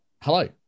hello